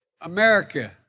America